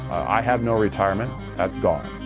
i have no retirement. that's gone.